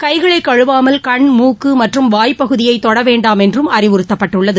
கைகளை கழுவாமல் கண் மூக்கு மற்றும் வாய் பகுதியை தொட வேண்டாம் என்றும் அறிவுறுத்தப்பட்டுள்ளது